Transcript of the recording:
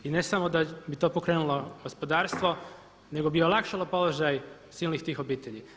I ne samo da bi to pokrenulo gospodarstvo nego bi olakšalo položaj silnih tih obitelji.